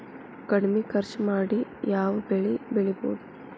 ಕಡಮಿ ಖರ್ಚ ಮಾಡಿ ಯಾವ್ ಬೆಳಿ ಬೆಳಿಬೋದ್?